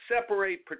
separate